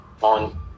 on